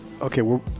Okay